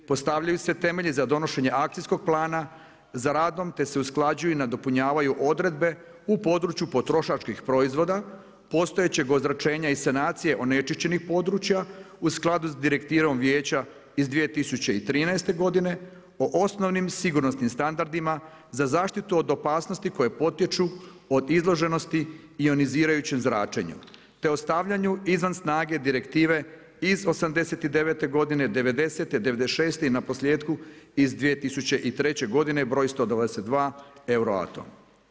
Postavljaju se temelji za donošenje akcijskog plana za radom te se usklađuju i nadopunjavaju odredbe u području potrošačkih proizvoda, postojećeg ozračenja i sanacije onečišćenih područja u skladu sa direktivom Vijeća iz 2013. godine o osnovnim sigurnosnim standardima za zaštitu od opasnosti koje potječu od izloženosti ionizirajućem zračenju te ostavljanju izvan snage Direktive iz '89. godine, '90.-te, '96. i na posljetku iz 2003. godine broj 122 euroatom.